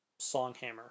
Songhammer